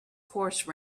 horse